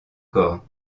corps